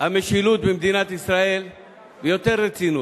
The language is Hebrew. המשילות במדינת ישראל ביתר רצינות.